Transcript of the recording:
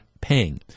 paying